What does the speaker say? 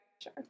Sure